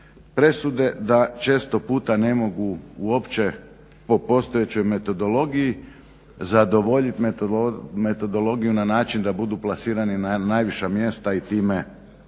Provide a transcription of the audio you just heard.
presude, da često puta ne mogu uopće po postojećoj metodologiji zadovoljit metodologiju na način da budu plasirani na najviša mjesta i time